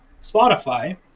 Spotify